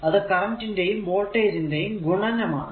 അത് കറന്റ് ന്റെയും വോൾടേജ് ന്റെയും ഗുണനം ആണ്